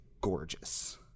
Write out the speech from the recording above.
gorgeous